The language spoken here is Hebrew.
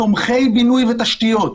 תומכי בינוי ותשתיות.